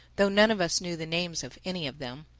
though none of us knew the names of any of them.